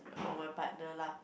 my partner lah